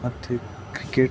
ಮತ್ತು ಕ್ರಿಕೆಟ್